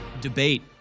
debate